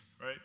right